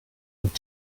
would